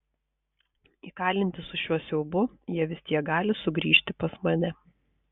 įkalinti su šiuo siaubu jie vis tiek gali sugrįžti pas mane